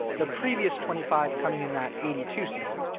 the previous twenty five coming in that eighty two season.